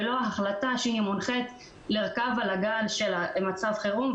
ולא החלטה שמונחית לרכוב על הגל של מצב החירום.